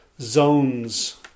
zones